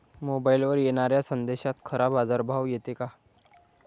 मोबाईलवर येनाऱ्या संदेशात खरा बाजारभाव येते का?